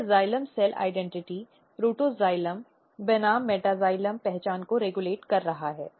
यह xylem cell पहचानxylem cell identity protoxylem बनाम मेटाएक्सिलेम पहचान को रेगुलेट कर रहा है